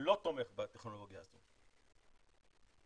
לא תומך בטכנולוגיה הזאת.